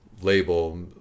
label